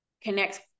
connects